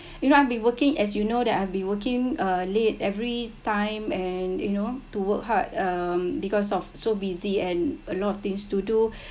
you know I’ve been working as you know that I've be working uh late every time and you know to work hard um because of so busy and a lot of things to do